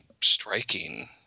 striking